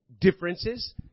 Differences